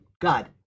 God